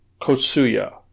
kotsuya